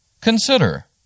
Consider